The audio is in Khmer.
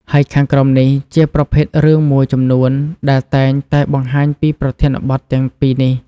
ហើយខាងក្រោមនេះជាប្រភេទរឿងមួយចំនួនដែលតែងតែបង្ហាញពីប្រធានបទទាំងពីរនេះ។